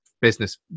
business